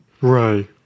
Ray